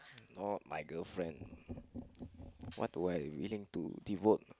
not my girlfriend what do I willing to devote